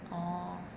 orh